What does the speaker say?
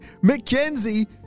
Mackenzie